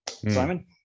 Simon